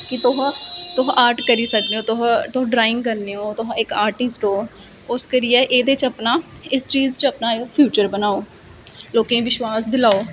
कि तुस आर्ट करी सकने ओ तुस ड्राइंग करने ओ तुस इक आर्टिस्ट ओ उस करियै एहदे च अपना इस चीज च अपना फिउचर बनाओ लोकें गी बिश्वास दिलाओ